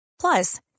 Plus